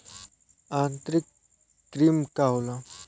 आंतरिक कृमि का होला?